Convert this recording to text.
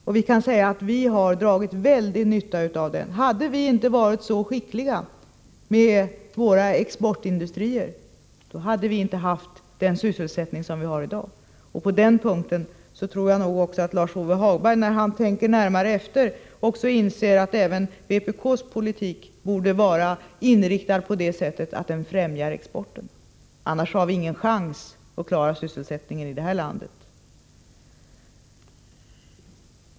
Det har vi dragit mycket stor nytta av. Hade våra exportindustrier inte varit så skickliga, då hade vi i vårt land inte haft den sysselsättning som vi har i dag. Om Lars-Ove Hagberg tänker närmare efter inser han nog också att även vpk:s politik borde vara inriktad på att främja exporten. Annars har vi ingen chans att klara sysselsättningen i det här landet.